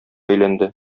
әйләнде